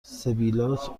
سبیلات